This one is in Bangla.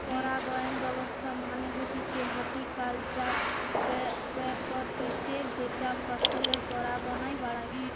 পরাগায়ন ব্যবস্থা মানে হতিছে হর্টিকালচারাল প্র্যাকটিসের যেটা ফসলের পরাগায়ন বাড়ায়